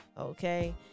Okay